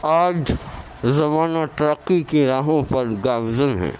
آ ج زمانہ ترقی کی راہوں پر گامزن ہے